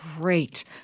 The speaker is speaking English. great